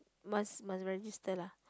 must must register lah